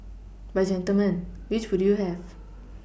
but gentlemen which would you have